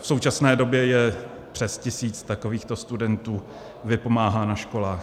V současné době přes tisíc takovýchto studentů vypomáhá na školách.